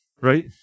Right